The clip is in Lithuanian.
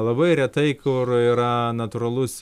labai retai kur yra natūralus